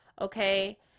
Okay